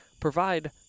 provide